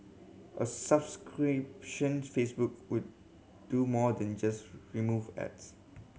a subscription Facebook would do more than just remove ads